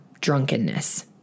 drunkenness